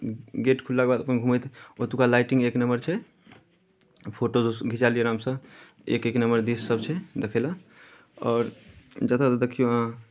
gate खुललाके बाद अपन घूमैत ओतुका लाइटिंग एक नम्बर छै फोटो घिँचा लिअ आरामसँ एक एक नंबर दृश्यसभ छै देखय लए आओर जतय जतय देखियौ अहाँ